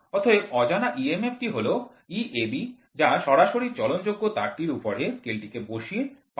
অতএব অজানা emf টি হল Eab যা সরাসরি চলন যোগ্য তারটির উপরে স্কেলটিকে বসিয়ে পাওয়া যায়